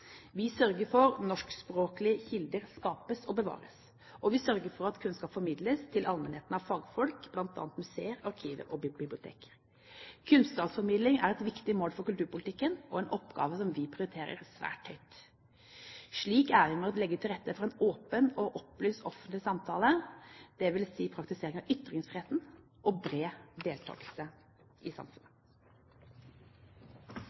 Vi sørger for at norskspråklige kilder skapes og bevares. Og vi sørger for at kunnskap formidles til allmennheten av fagfolk, bl.a. i museer, arkiver og biblioteker. Kunnskapsformidling er et viktig mål for kulturpolitikken og en oppgave som vi prioriterer svært høyt. Slik er vi med på å legge til rette for en åpen og opplyst offentlig samtale, dvs. praktisering av ytringsfriheten og bred deltakelse i samfunnet.